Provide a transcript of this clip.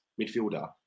midfielder